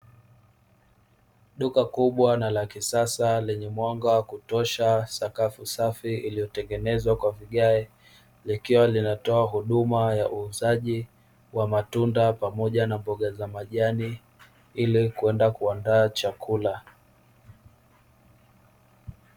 Duka kubwa na lenye mwanga wa kutosha, sakafu safi iliyotengenezwa kwa vigae likiwa linato huduma ya uuzaji wa matunda, pamoja na mboga za majani ili kwenda kuandaa chakula.